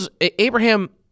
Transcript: Abraham